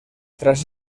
tras